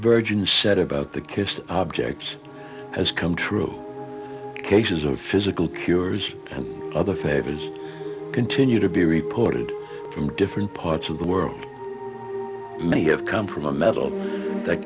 virgin said about the kist objects as come true cases of physical cures and other favors continue to be reported from different parts of the world may have come from a metal that